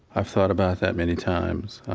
i've thought about that many times.